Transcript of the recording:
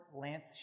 Lance